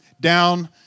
down